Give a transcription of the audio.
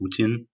Putin